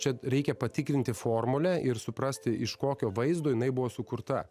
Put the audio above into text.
čia reikia patikrinti formulę suprasti iš kokio vaizdo jinai buvo sukurta